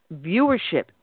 viewership